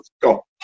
go